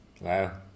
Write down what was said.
Wow